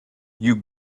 you